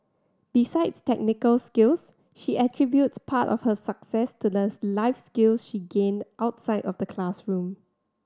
besides technical skills she attributes part of her success to the life skills she gained outside of the classroom